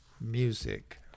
music